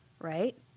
right